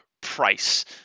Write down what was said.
price